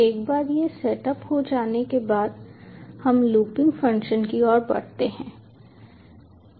एक बार यह सेटअप हो जाने के बाद हम लूपिंग फंक्शन की ओर बढ़ते हैं